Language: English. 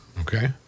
Okay